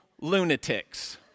lunatics